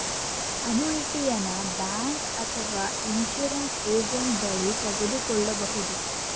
ಅನುಯಿಟಿಯನ bank ಅಥವಾ insurance agent ಬಳಿ ತೆಗೆದುಕೊಳ್ಳಬಹುದು